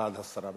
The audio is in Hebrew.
בעד הסרה.